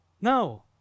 No